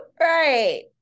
right